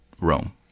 Rome